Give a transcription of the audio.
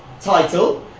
title